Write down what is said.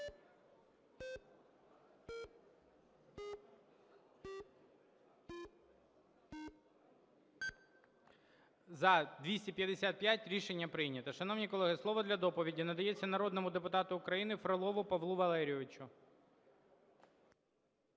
За – 255 Рішення прийнято. Шановні колеги, слово для доповіді надається народному депутату України Фролову Павлу Валерійовичу.